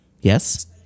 Yes